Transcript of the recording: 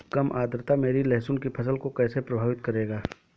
कम आर्द्रता मेरी लहसुन की फसल को कैसे प्रभावित करेगा?